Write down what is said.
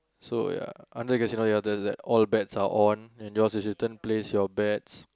so ya under casino ya the the all bets are on and yours is written place your bets